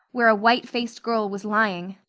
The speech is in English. where a white-faced girl was lying,